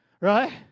right